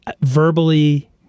verbally